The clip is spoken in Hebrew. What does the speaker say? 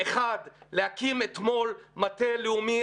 1. להקים מטה לאומי,